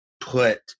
put